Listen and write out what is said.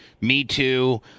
me-too